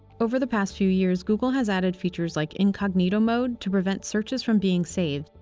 over the past few years, google has added features like incognito mode to prevent searches from being saved,